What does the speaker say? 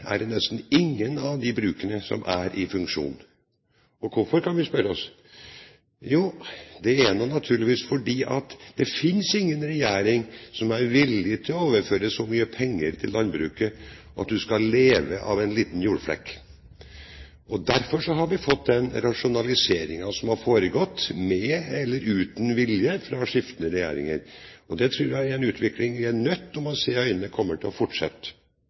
er det nesten ingen av de brukene som er i funksjon. Hvorfor, kan vi spørre oss. Jo, det er naturligvis fordi det ikke fins noen regjering som er villig til å overføre så mye penger til landbruket at du skal kunne leve av en liten jordflekk. Derfor har vi fått den rasjonaliseringen som har foregått, med eller uten vilje, fra skiftende regjeringer. Det tror jeg er en utvikling vi er nødt til å se i øynene kommer til å fortsette.